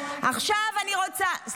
את לא ראית אותי בהלוויות?